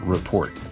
Report